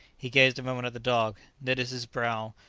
he gazed a moment at the dog, knitted his brow,